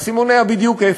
הסימון היה בדיוק אפס.